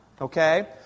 okay